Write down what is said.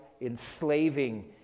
enslaving